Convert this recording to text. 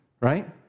Right